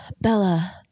Bella